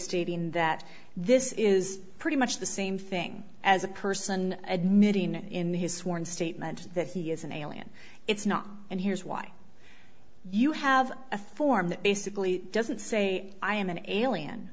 stating that this is pretty much the same thing as a person admitting in his sworn statement that he is an alien it's not and here's why you have a form that basically doesn't say i am an alien